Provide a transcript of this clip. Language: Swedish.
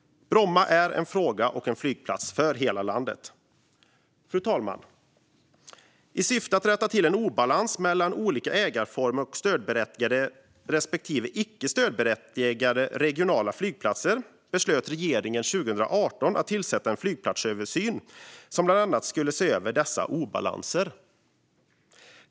Bromma är en fråga och en flygplats för hela landet. Fru talman! I syfte att rätta till en obalans mellan olika ägarformer och stödberättigade respektive icke stödberättigade regionala flygplatser beslöt regeringen 2018 att tillsätta en flygplatsöversyn som bland annat skulle se över dessa obalanser.